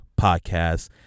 podcast